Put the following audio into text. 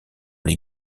les